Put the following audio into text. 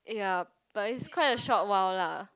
ya but it's quite a short while lah